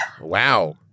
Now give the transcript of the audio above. Wow